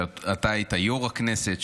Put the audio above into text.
כשאתה היית יו"ר הכנסת,